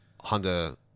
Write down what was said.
Honda